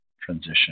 transition